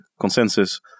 consensus